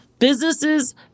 businesses